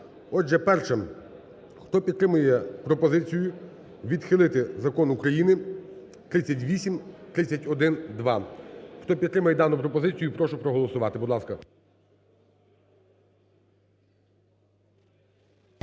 Отже, перше. Хто підтримує пропозицію відхилити Закон України 3831-2. Хто підтримує дану пропозицію, прошу проголосувати. Будь ласка.